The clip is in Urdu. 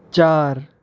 چار